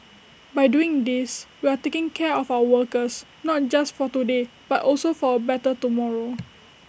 by doing these we are taking care of our workers not just for today but also for A better tomorrow